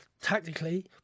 tactically